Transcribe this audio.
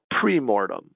pre-mortem